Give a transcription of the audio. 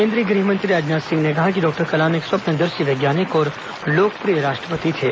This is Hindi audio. केंद्रीय गृहमंत्री राजनाथ सिंह ने कहा कि डॉक्टर कलाम एक स्वप्नदर्शी वैज्ञानिक और लोकप्रिय राष्ट्रपति थे